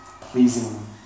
pleasing